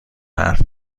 حرف